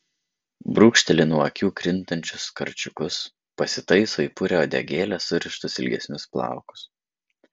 brūkšteli nuo akių krintančius karčiukus pasitaiso į purią uodegėlę surištus ilgesnius plaukus